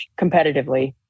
competitively